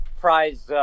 prize